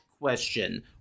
question